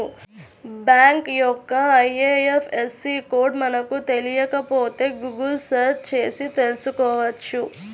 bank యొక్క IFSC code మనకు తెలియకపోతే గుగుల్ సెర్చ్ చేసి తెల్సుకోవచ్చు